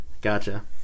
Gotcha